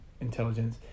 intelligence